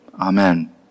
Amen